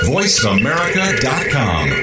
VoiceAmerica.com